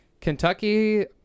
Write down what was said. Kentucky